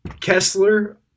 Kessler